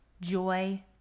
joy